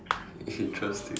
interesting